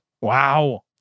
Wow